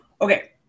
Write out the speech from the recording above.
Okay